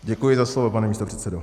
Děkuji za slovo, pane místopředsedo.